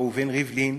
מר ראובן ריבלין: